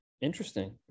interesting